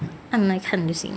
他能看就行